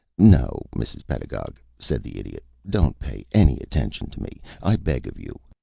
no, mrs. pedagog, said the idiot, don't pay any attention to me, i beg of you.